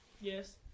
Yes